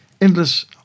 endless